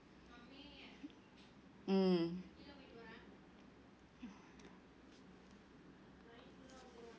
mm